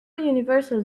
universal